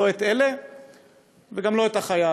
לא את אלה וגם לא את החייל.